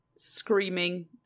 screaming